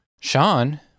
Sean